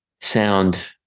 sound